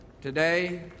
today